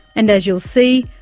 and as you'll see,